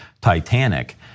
Titanic